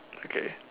okay